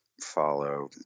follow